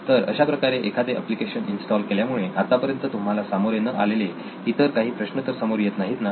तर अशाप्रकारे एखादे एप्लिकेशन इन्स्टॉल केल्यामुळे आतापर्यंत तुम्हाला सामोरे न आलेले इतर काही प्रश्न तर समोर येणार नाहीत ना